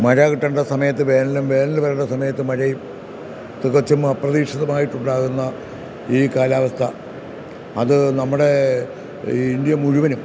മഴ കിട്ടേണ്ട സമയത്ത് വേനലും വേനൽ വരേണ്ട സമയത്ത് മഴയും തികച്ചും അപ്രതീക്ഷിതമായിട്ടുണ്ടാകുന്ന ഈ കാലാവസ്ഥ അത് നമ്മുടെ ഇൻഡ്യ മുഴുവനും